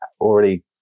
already